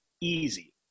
easy